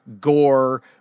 gore